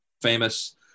famous